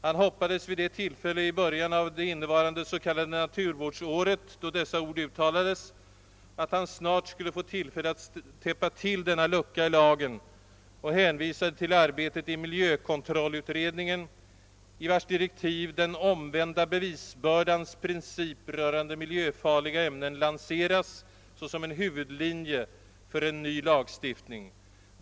Han hoppades vid det tillfälle i början av det innevarande s.k. naturvårdsåret då dessa ord uttalades att han snart skulle få tillfälle att täppa till denna lucka i lagen och hänvisade till arbetet i miljökontrollutredningen, i vars direktiv den omvända bevisbördans princip rörande miljöfarliga ämnen lanseras såsom en huvudlinje för en ny lagstiftning.